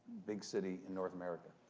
big city in north america,